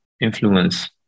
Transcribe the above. influence